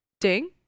ding